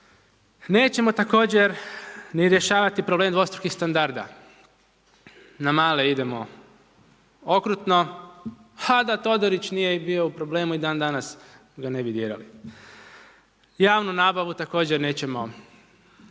Nećemo također ni rješavati problem dvostrukih standarda. Na male idemo okrutno, a da Todorić nije bio u problemu, i dandanas ga ne bi dirali. Javnu nabavu također nećemo mnogo